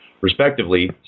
respectively